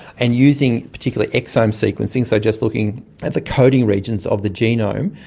and using particular exome sequencing, so just looking at the coding regions of the genome,